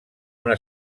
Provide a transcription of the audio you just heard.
una